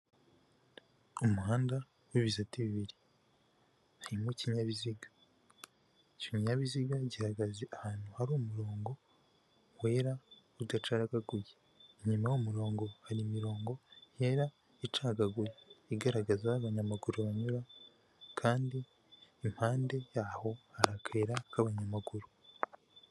Umuhanda w'ibisate bibiri harimo ikinyabiziga, ikinyabiziga gihagaze ahantu hari umurongo wera udagaguye, inyuma y'uwo umurongo hari imirongo yera icagaguye igaragaza aho abanyamaguru banyura, kandi impande yaho hari akayira k'abanyamaguru.